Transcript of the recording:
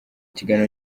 kiganiro